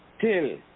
till